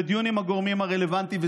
ודיון עם הגורמים הרלוונטיים.